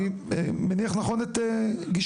אני מניח נכון את גישתך?